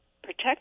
protect